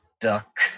duck